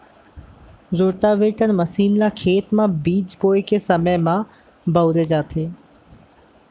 rotavator machine ल खेत म बीज बोए के समे म बउरे जाथे